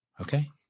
Okay